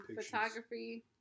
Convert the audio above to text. photography